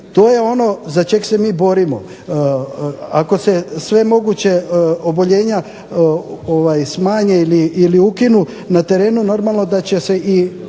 to je ono za čeg se mi borimo, ako se sve moguće oboljenja smanje ili ukinu na terenu normalno da će se i